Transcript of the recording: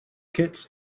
kits